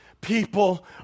people